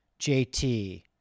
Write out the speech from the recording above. JT